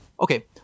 okay